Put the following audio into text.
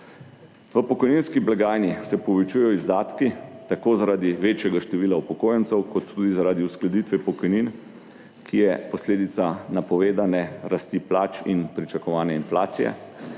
V pokojninski blagajni se povečujejo izdatki tako, zaradi večjega števila upokojencev kot tudi zaradi uskladitve pokojnin, ki je posledica napovedane rasti plač in pričakovane inflacije,